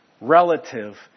relative